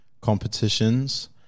competitions